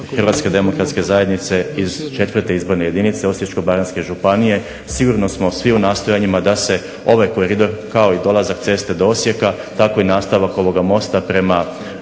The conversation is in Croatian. Hrvatske demokratske zajednice iz IV. izborne jedinice Osječko-baranjske županije, sigurno smo svi u nastojanjima da se ovaj koridor, kao i dolazak ceste do Osijeka, tako i nastavak ovoga mosta prema